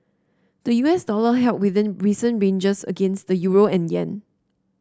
the U S dollar held within recent ranges against the euro and yen